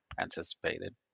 anticipated